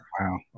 wow